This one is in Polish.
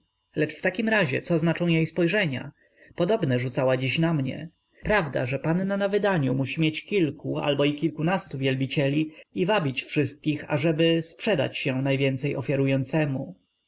lecz w takim razie co znaczą jej spojrzenia podobne rzucała dziś na mnie prawda że panna na wydaniu musi mieć kilku albo i kilkunastu wielbicieli i wabić wszystkich ażeby sprzedać się najwięcej